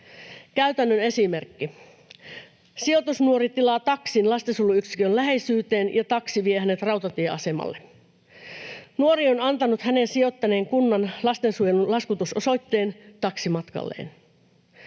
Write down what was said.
Käytännön esimerkki: Sijoitusnuori tilaa taksin lastensuojeluyksikön läheisyyteen, ja taksi vie hänet rautatieasemalle. Nuori on antanut hänen sijoittaneen kunnan lastensuojelun laskutusosoitteen taksimatkalleen.